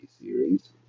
series